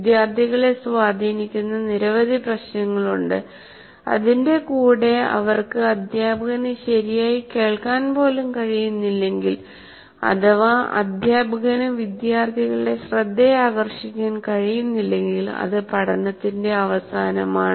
വിദ്യാർത്ഥികളെ സ്വാധീനിക്കുന്ന നിരവധി പ്രശ്നങ്ങളുണ്ട് അതിന്റെ കൂടെ അവർക്ക് അധ്യാപകനെ ശരിയായി കേൾക്കാൻ പോലും കഴിയുന്നില്ലെങ്കിൽ അഥവാ അധ്യാപകന് വിദ്യാർത്ഥികളുടെ ശ്രദ്ധയാകർഷിക്കാൻ കഴിയുന്നില്ലെങ്കിൽ അത് പഠനത്തിന്റെ അവസാനമാണ്